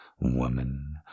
woman